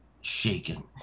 shaken